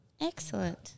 Excellent